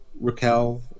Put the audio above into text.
Raquel